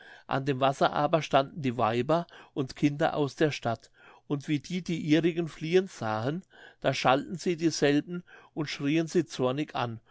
an dem wasser aber standen die weiber und kinder aus der stadt und wie die die ihrigen fliehen sahen da schalten sie dieselben und schrieen sie zornig an